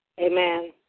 Amen